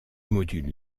module